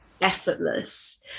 effortless